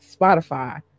Spotify